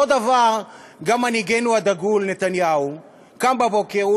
אותו דבר גם מנהיגנו הדגול נתניהו קם בבוקר,